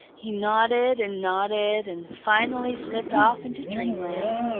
he nodded and nodded and finally slipped off into dreamland.